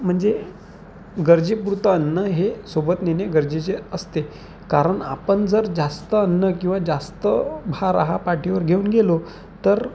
म्हणजे गरजेपुरतं अन्न हे सोबत नेणे गरजेचे असते कारण आपण जर जास्त अन्न किंवा जास्त भार हा पाठीवर घेऊन गेलो तर